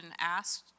asked